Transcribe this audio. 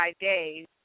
days